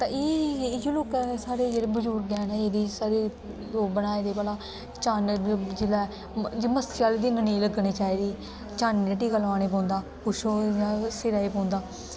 इयो लोकें जेहडे साढ़े बजूर्ग हैन उंहे लोक बनाए दे भला चाननी जिसले मस्सेआ आहले दिन नेई लग्गने चाहिदी चाननी आहला टीका लुआने पौंदा कुछ और सिरे गी पौंदा